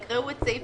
יקראו את סעיף